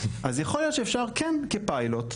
אז יכול להיות שאפשר כן כפיילוט,